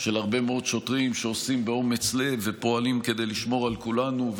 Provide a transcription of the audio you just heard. על הרבה מאוד שוטרים שעושים באומץ לב ופועלים כדי לשמור על כולנו,